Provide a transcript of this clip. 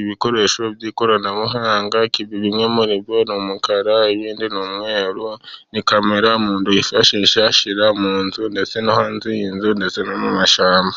ibikoresho by'ikoranabuhanga, bimwe muri byo ni umukara ibindi ni umweru, ni kamera umuntu yifashisha ashyira mu nzu ndetse no hanze y'inzu, ndetse no mu mashyamba.